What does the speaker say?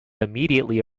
immediately